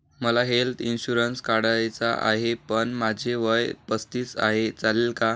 मला health insurance काढायचा आहे पण माझे वय पस्तीस आहे, चालेल का?